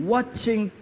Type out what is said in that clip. Watching